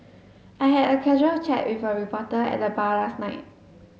I had a casual chat with a reporter at the bar last night